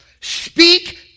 speak